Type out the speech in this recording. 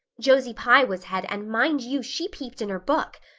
josie pye was head and, mind you, she peeped in her book.